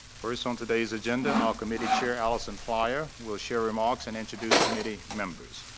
first on today's agenda, our committee chair, allison plyer, will share remarks and introduce committee members.